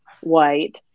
white